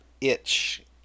itch